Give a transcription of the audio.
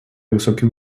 высокий